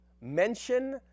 mention